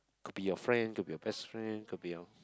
could be your friend could be your best friend could be your